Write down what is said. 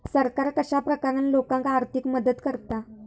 सरकार कश्या प्रकारान लोकांक आर्थिक मदत करता?